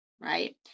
right